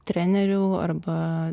trenerių arba